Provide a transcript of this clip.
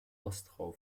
ostrau